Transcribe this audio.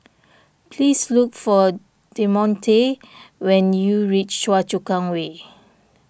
please look for Demonte when you reach Choa Chu Kang Way